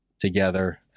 together